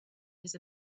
his